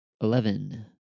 Eleven